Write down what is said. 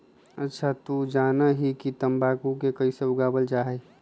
अच्छा तू जाना हीं कि तंबाकू के कैसे उगावल जा हई?